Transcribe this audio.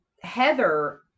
Heather